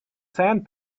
sand